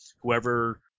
whoever